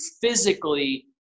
physically